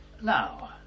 Now